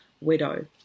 widow